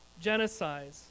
genocide